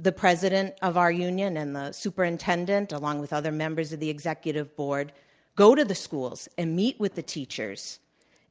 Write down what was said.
the president of our union and the superintendent, along with other members of the executive board go to the schools and meet with the teachers